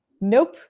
nope